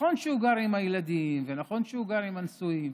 נכון שהוא גר עם הילדים ונכון שהוא גר עם הנשואים.